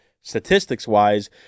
statistics-wise